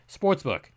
sportsbook